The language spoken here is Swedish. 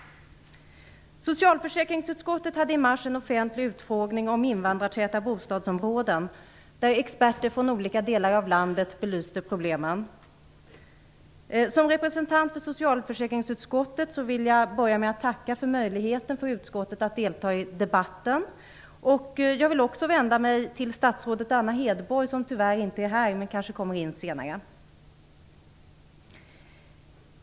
Socialförsäkringsutskottet hade i mars en offentlig utfrågning om invandrartäta bostadsområden där experter från olika delar av landet belyste problemen. Som representant för socialförsäkringsutskottet vill jag tacka för möjligheten att delta i debatten. Jag vill också vända mig till statsrådet Anna Hedborg som tyvärr inte är här men som kanske kommer in senare.